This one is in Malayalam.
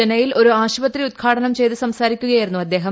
ചെന്നൈയിൽ ഒരു ആശുപത്രി ഉദ്ഘാടനം ചെയ്തു സംസാരിക്കുകയായിരുന്നു അദ്ദേഹം